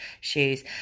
shoes